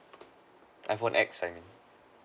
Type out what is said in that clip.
iPhone X I mean